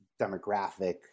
demographic